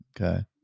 Okay